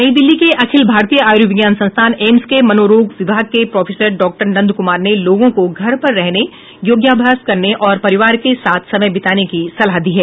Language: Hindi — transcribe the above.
नई दिल्ली के अखिल भारतीय आयुर्विज्ञान संस्थान एम्स के मनोरोग विभाग के प्रोफेसर डॉक्टर नन्द कुमार ने लोगों को घर पर रहने योगाभ्यास करने और परिवार के साथ समय बिताने की सलाह दी है